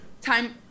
Time